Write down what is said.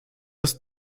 ist